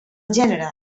gènere